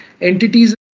entities